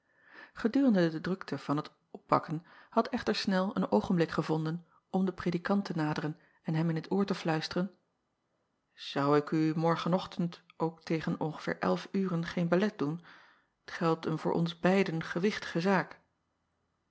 edurende de drukte van het oppakken had echter nel een oogenblik gevonden om den predikant te naderen en hem in t oor te fluisteren ou ik u morgenochtend ook tegen ongeveer elf uren geen belet doen t geldt een voor ons beiden gewichtige zaak